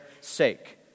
sake